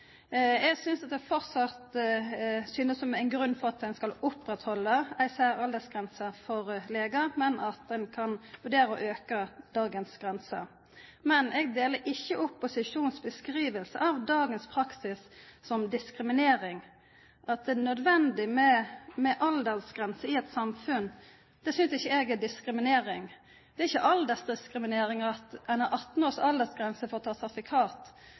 fortsatt det er grunn til å opprettholde en særaldersgrense for leger, men at man kan vurdere å øke dagens grense. Men jeg deler ikke opposisjonens beskrivelse av dagens praksis som diskriminering. At det er nødvendig med aldersgrenser i et samfunn, synes ikke jeg er diskriminering. Det er ikke aldersdiskriminering at man har 18-års aldersgrense for å ta